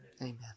Amen